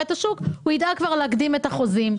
את השוק הוא ידאג כבר להקדים את החוזים.